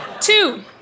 Two